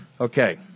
Okay